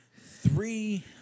Three